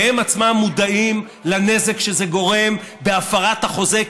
והם עצמם מודעים לנזק שזה גורם בהפרת החוזה,